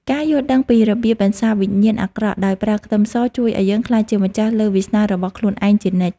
ការយល់ដឹងពីរបៀបបន្សាបវិញ្ញាណអាក្រក់ដោយប្រើខ្ទឹមសជួយឱ្យយើងក្លាយជាម្ចាស់លើវាសនារបស់ខ្លួនឯងជានិច្ច។